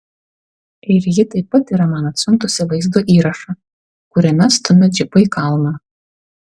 ir ji taip pat yra man atsiuntusi vaizdo įrašą kuriame stumia džipą į kalną